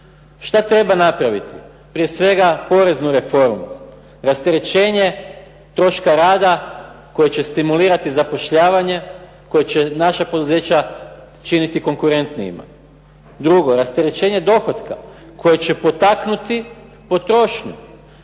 Šta treba napraviti? Prije svega poreznu reformu. Rasterećenje troška rada koji će stimulirati zapošljavanje, koji će naša poduzeća činiti konkurentnijima. Drugo, rasterećenje dohotka koje će potaknuti potrošnju.